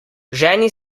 ženi